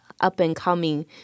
up-and-coming